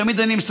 אני תמיד מספר,